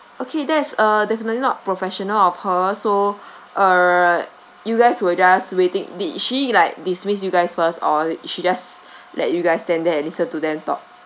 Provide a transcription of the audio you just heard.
okay that's uh definitely not professional of her so err you guys were just waiting did she like dismiss you guys first or she just let you guys stand there and listen to them talk